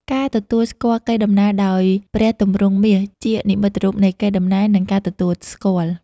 ការទទួលស្គាល់កេរដំណែលដោយព្រះទម្រង់មាសជានិមិត្តរូបនៃកេរដំណែល និងការទទួលស្គាល់។